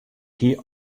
hie